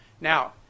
Now